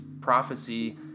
prophecy